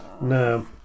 no